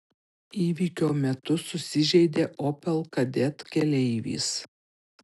įvykio metu susižeidė opel kadett keleivis